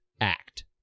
act